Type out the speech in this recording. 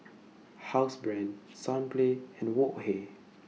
Housebrand Sunplay and Wok Hey